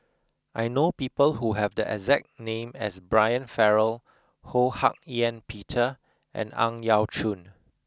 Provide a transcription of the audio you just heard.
I know people who have the exact name as Brian Farrell Ho Hak Ean Peter and Ang Yau Choon